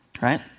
right